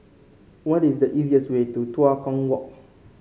what is the easiest way to Tua Kong Walk